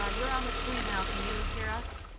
ah you're on the screen now, can you hear us?